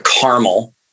caramel